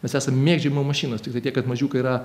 mes esam mėgdžiojimo mašinos tik tai tiek kad mažiukai yra